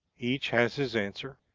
each has his answer.